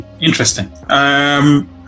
Interesting